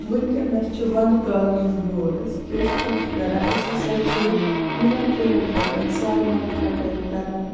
وٕنکیٚنَس چھُ وَندٕکال یِنہٕ وول أسۍ کیاہ چھِ کَران أسۍ ہَسا چھِ یِمَن کُلٮ۪ن کَٹٮ۪ن سٲلمن کَٹٲے کَران